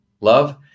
Love